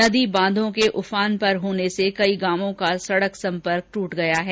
नदी बांधों के उफान पर होने से कई गांवों का सड़क संपर्क टूट गया है